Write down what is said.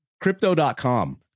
Crypto.com